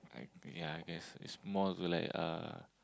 I ya I guess is more to like uh